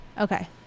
Okay